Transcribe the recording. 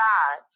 God